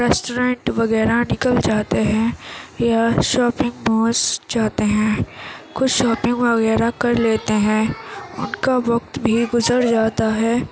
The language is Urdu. ریسٹورینٹ وغیرہ نکل جاتے ہیں یا شاپنگ مالس جاتے ہیں کچھ شاپنگ وغیرہ کر لیتے ہیں ان کا وقت بھی گذر جاتا ہے